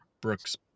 Brooks